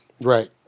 Right